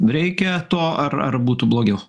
reikia to ar ar būtų blogiau